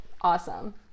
Awesome